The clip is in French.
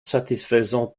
satisfaisant